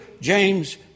James